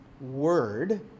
word